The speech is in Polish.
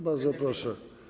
Bardzo proszę.